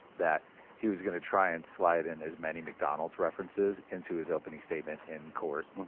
that he was gonna try and slide in as many mcdonald's references into his opening statement in court,